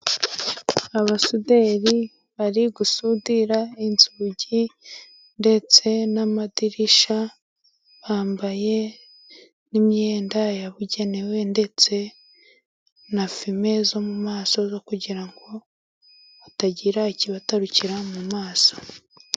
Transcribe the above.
Abasuderi bari gusudira inzugi ndetse n'amadirisha, bambaye n'imyenda yabugenewe ndetse na fime zo mu maso, kugira ngo hatagira ikibatarukira mu maso.